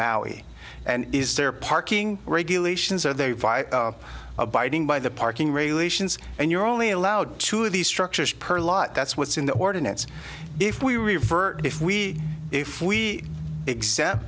maui and is there parking regulations are they abiding by the parking regulations and you're only allowed to these structures per lot that's what's in the ordinance if we revert if we if we ex